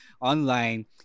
online